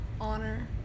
honor